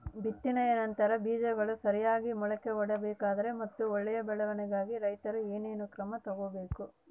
ಬಿತ್ತನೆಯ ನಂತರ ಬೇಜಗಳು ಸರಿಯಾಗಿ ಮೊಳಕೆ ಒಡಿಬೇಕಾದರೆ ಮತ್ತು ಒಳ್ಳೆಯ ಬೆಳವಣಿಗೆಗೆ ರೈತರು ಏನೇನು ಕ್ರಮ ತಗೋಬೇಕು?